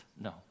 No